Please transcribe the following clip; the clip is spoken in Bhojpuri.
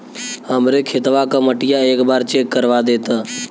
हमरे खेतवा क मटीया एक बार चेक करवा देत?